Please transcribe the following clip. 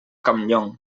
campllong